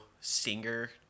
singer